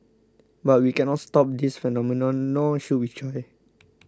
but we cannot stop this phenomenon nor should we try